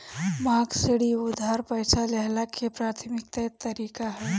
मांग ऋण इ उधार पईसा लेहला के प्राथमिक तरीका हवे